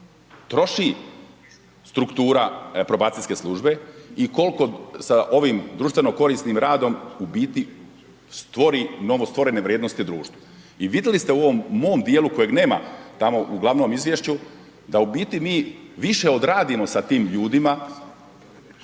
troši struktura probacijske službe i koliko sa ovim društveno korisnim radom u biti stvori novostvorene vrijednosti društvu. I vidjeli ste u ovom mom djelu kojeg nema tamo u glavnom izvješću, da u biti mi više odradimo sa tim ljudima,